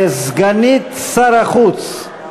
סגנית שר החוץ,